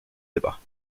débats